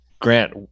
grant